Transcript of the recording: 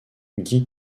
guy